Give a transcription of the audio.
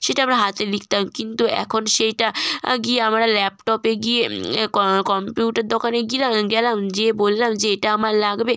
সেটা আমরা হাতে লিখতাম কিন্তু এখন সেইটা গিয়ে আমরা ল্যাপটপে গিয়ে ক কম্পিউটার দোকানে গিলাম গেলাম যেয়ে বললাম যে এটা আমার লাগবে